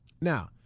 Now